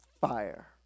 fire